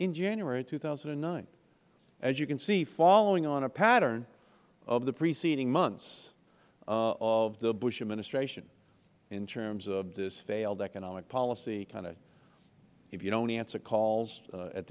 in january of two thousand and nine as you can see following on a pattern of the preceding months of the bush administration in terms of this failed economic policy kind of if you don't answer calls